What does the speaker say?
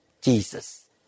Jesus